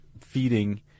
feeding